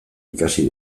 ikasi